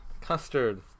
Custard